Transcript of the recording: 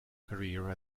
career